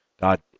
God